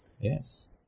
Yes